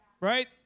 right